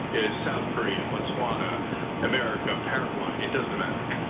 its south korea, botswana america, paraguay it doesn't matter.